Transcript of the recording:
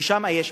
ששם יש,